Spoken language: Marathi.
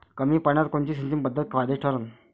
कमी पान्यात कोनची सिंचन पद्धत फायद्याची ठरन?